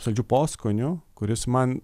saldžiu poskoniu kuris man